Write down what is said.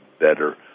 better